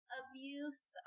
abuse